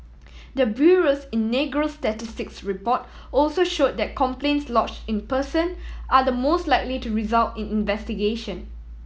the bureau's inaugural statistics report also showed that complaints lodge in person are the most likely to result in investigation